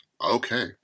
Okay